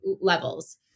levels